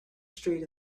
street